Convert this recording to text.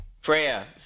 Freya